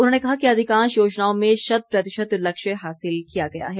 उन्होंने कहा कि अधिकांश योजनाओं में शत प्रतिशत लक्ष्य हासिल किया गया है